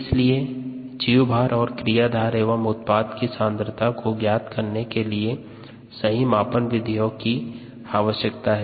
इसलिए जीवभार और क्रियाधार एवं उत्पाद की सांद्रता को ज्ञात करने के लिए सही मापन विधियों की आवश्यकता है